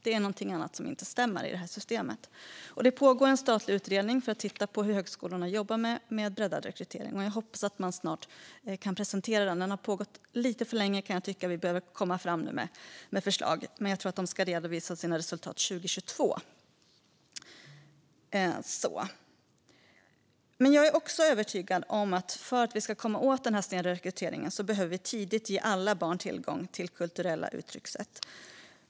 Det är något som inte stämmer i det här systemet. Det pågår en statlig utredning som tittar på hur högskolorna jobbar med breddad rekrytering. Jag hoppas att man snart kan presentera den. Den har pågått lite för länge, kan jag tycka. Den behöver komma fram med förslag, men jag tror att de ska redovisa sina resultat 2022. För att vi ska komma åt snedrekryteringen är jag övertygad om att alla barn tidigt behöver tillgång till kulturella uttryckssätt.